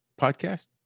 podcast